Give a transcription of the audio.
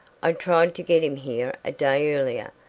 i tried to get him here a day earlier,